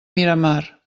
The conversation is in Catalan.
miramar